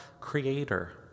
creator